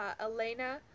Elena